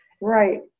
Right